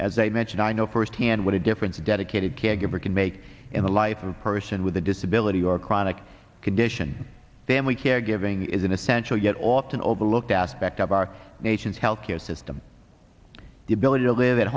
as a mentioned i know firsthand what a difference a dedicated can get we can make in the life of a person with a disability or a chronic condition family caregiving is an essential yet often overlooked aspect of our nation's health care system the ability to live at